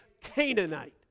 Canaanite